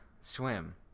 swim